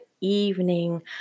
evening